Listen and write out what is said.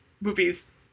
movies